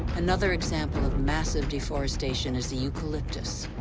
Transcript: another example of massive deforestation is the eucalyptus.